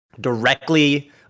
directly